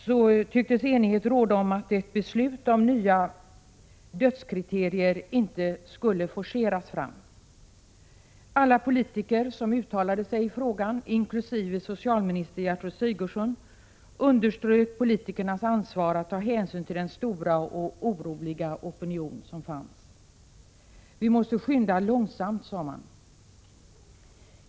1986/87:117 forceras fram. Alla politiker som uttalade sig i frågan, inkl. socialminister 6 maj 1987 Gertrud Sigurdsen, underströk politikernas ansvar att ta hänsyn till den stora och oroliga opinion som fanns. Vi måste skynda långsamt, sade man.